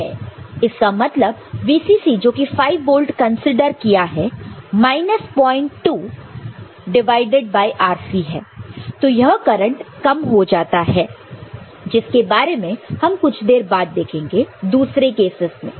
इसका मतलब VCC जो कि 5 वोल्ट कंसीडर किया है माइनस 02 डिवाइड बाय RC है तो यह करंट कम हो जाता है जिसके बारे में हम कुछ देर बाद देखेंगे दूसरे केसस में